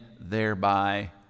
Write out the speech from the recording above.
thereby